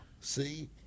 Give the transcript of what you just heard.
See